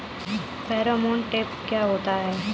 Pheromone trap क्या होता है?